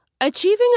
Achieving